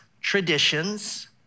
traditions